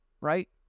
right